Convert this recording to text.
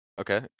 Okay